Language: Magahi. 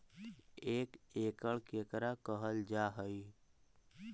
एक एकड़ केकरा कहल जा हइ?